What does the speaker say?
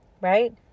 right